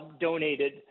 donated